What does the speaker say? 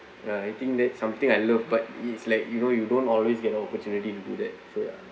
ya I think that's something I love but it's like you know you don't always get the opportunity to do that so ya